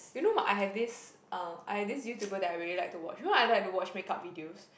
you know I have this uh I have this YouTuber that I really like to watch you know I like to watch make up videos